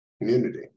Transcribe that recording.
community